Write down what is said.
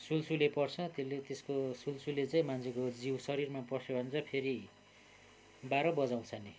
सुल्सुले पर्छ त्यसले त्यसको सुल्सुले चाहिँ मान्छेको जिउ शरीरमा पस्यो भने चाहिँ फेरि बाह्र बजाउँछ नि